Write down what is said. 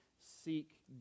seek